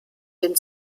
den